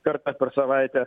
kartą per savaitę